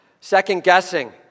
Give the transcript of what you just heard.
second-guessing